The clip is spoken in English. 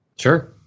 Sure